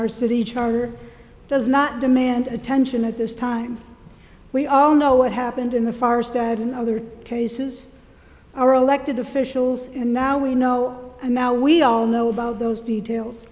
our city charter does not demand attention at this time we all know what happened in the forest and in other cases are elected officials and now we know and now we all know about those details